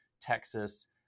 Texas